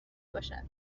باشد